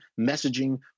messaging